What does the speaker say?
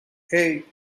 hey